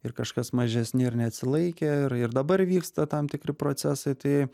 ir kažkas mažesni ir neatsilaikė ir ir dabar vyksta tam tikri procesai tai